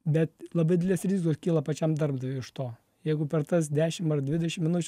bet labai didelės rizikos kyla pačiam darbdaviui iš to jeigu per tas dešim ar dvidešim minučių